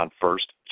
first